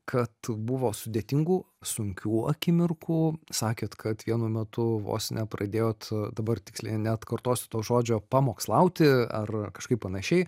kad buvo sudėtingų sunkių akimirkų sakėt kad vienu metu vos nepradėjot dabar tiksliai neatkartosiu to žodžio pamokslauti ar kažkaip panašiai